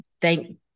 Thank